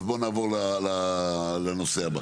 אז בואו נעבור לנושא הבא.